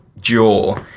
jaw